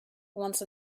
once